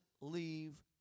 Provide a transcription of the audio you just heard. leave